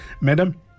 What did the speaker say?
madam